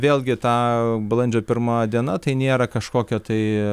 vėlgi ta balandžio pirma diena tai nėra kažkokia tai